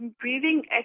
breathing